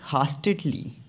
hastily